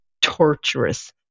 torturous